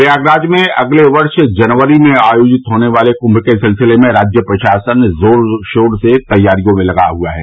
प्रयागराज में अगले वर्ष जनवरी में आयोजित होने वाले कुंच के सिलसिले में राज्य प्रशासन जोर शोर से तैयारियों में लगा हुआ है